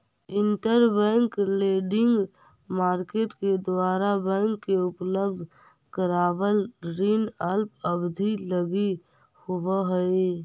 interbank lending market के द्वारा bank के उपलब्ध करावल ऋण अल्प अवधि लगी होवऽ हइ